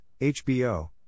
HBO